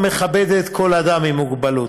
המכבדת כל אדם עם מוגבלות.